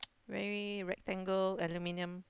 very rectangle aluminium